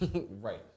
Right